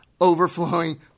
overflowing